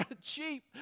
cheap